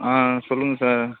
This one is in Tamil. ஆ சொல்லுங்கள் சார்